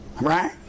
Right